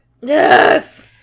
Yes